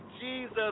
Jesus